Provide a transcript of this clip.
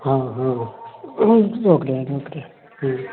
हाँ हाँ okay okay